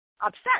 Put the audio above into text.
upset